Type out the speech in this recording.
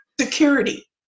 security